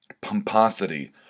pomposity